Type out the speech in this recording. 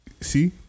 See